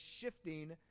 shifting